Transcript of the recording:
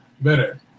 better